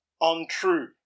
untrue